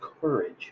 courage